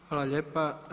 Hvala lijepa.